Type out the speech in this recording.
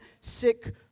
sick